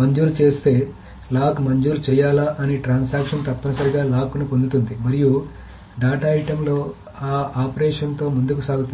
మంజూరు చేస్తే లాక్ మంజూరు చేయాలా అని ట్రాన్సక్షన్ తప్పనిసరిగా లాక్ను పొందుతుంది మరియు డేటా ఐటెమ్లో ఆ ఆపరేషన్తో ముందుకు సాగుతుంది